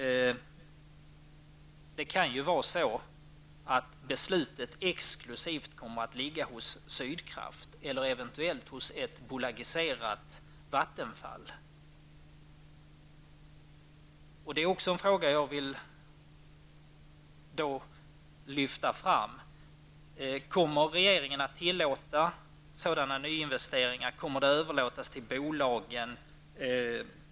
Det kan vara så att beslutet exklusivt kommer att fattas hos Sydkraft eller eventuellt hos ett bolagiserat Jag vill också lyfta fram följande frågor: Kommer regeringen att tillåta sådana nyinvesteringar? Kommer detta att överlåtas till bolagen?